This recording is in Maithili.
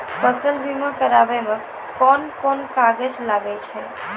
फसल बीमा कराबै मे कौन कोन कागज लागै छै?